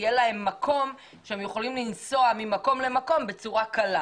יהיה להם מקום שהם יכולים לנסוע ממקום למקום בצורה קלה,